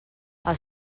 els